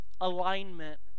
alignment